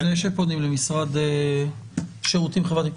לפני שפונים למשרד לשירותים חברתיים,